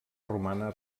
romana